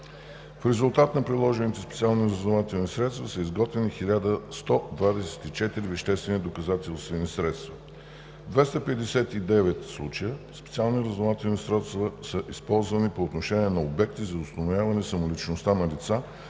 В резултат на приложените специални разузнавателни средства са изготвени 1124 веществени доказателствени средства. В 259 случая специални разузнавателни средства са използвани по отношение на обекти за установяване самоличността на лица,